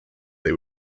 they